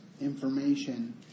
information